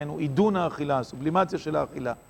עידון האכילה, הסובלימציה של האכילה.